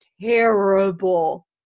terrible